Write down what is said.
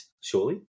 surely